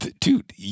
Dude